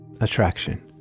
Attraction